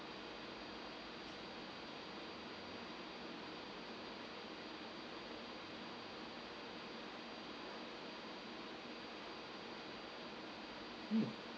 mm